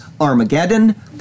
Armageddon